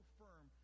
firm